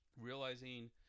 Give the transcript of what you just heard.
Realizing